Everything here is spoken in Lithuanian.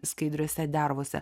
skaidriose dervose